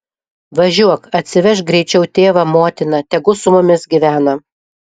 važiuok atsivežk greičiau tėvą motiną tegu su mumis gyvena